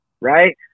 right